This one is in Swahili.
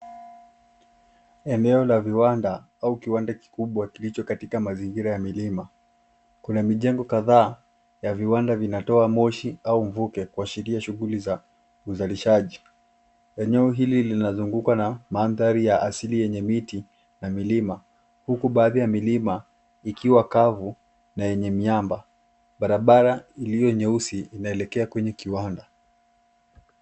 Eneo la viwanda au kiwanda kikubwa kilicho katika mazingira ya milima, kuna mijengo kadhaa ya viwanda vinatoa moshi au mvuke kuashiria shughuli za uzalishaji. Eneo hili linazungukwa na mandhari ya asili yenye miti na milima, huku baadhi ya milima ikiwa kavu na yenye miamba. Barabara iliyo nyeusi, inaelekea kwenye kiwanda.